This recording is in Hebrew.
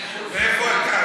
מאיפה הבאת את זה?